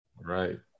Right